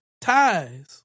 ties